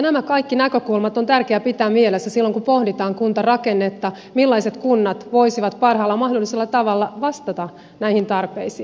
nämä kaikki näkökulmat on tärkeä pitää mielessä silloin kun pohditaan kuntarakennetta millaiset kunnat voisivat parhaalla mahdollisella tavalla vastata näihin tarpeisiin